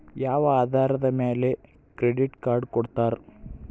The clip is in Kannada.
ಯಾವ ಆಧಾರದ ಮ್ಯಾಲೆ ಕ್ರೆಡಿಟ್ ಕಾರ್ಡ್ ಕೊಡ್ತಾರ?